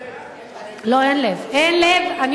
רונית, אין להם לב, הם אטומים.